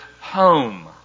home